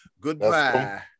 Goodbye